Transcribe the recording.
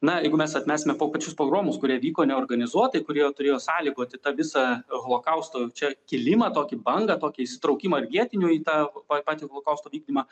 na jeigu mes atmesime po pačius pogromus kurie vyko neorganizuotai kurie turėjo sąlygoti tą visą holokausto čia kilimą tokį bangą tokį įsitraukimą ir vietinių į tą pa patį holokausto vykdymą